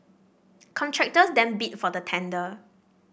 contractors then bid for the tender